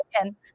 again